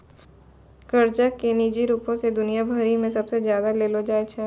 कर्जा के निजी रूपो से दुनिया भरि मे सबसे ज्यादा लेलो जाय छै